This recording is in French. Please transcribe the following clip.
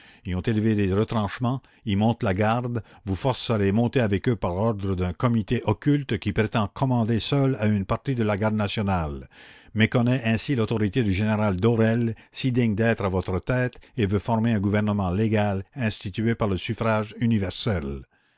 y ont élevé des retranchements y montent la garde vous forcent à les monter avec eux par ordre d'un comité occulte qui prétend commander seul à une partie de la garde nationale méconnaît ainsi l'autorité du général d'aurelle si digne d'être à votre tête et veut former un gouvernement légal institué par le suffrage universel